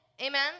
Amen